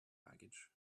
baggage